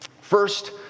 First